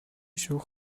шүүх